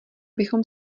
bychom